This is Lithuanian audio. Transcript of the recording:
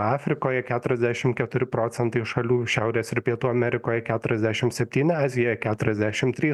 afrikoje keturiasdešim keturi procentai šalių šiaurės ir pietų amerikoj keturiasdešim septyni azijoj keturiasdešim trys